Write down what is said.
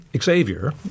Xavier